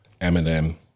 Eminem